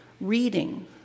reading